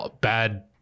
bad